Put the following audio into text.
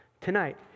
tonight